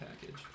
package